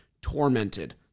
tormented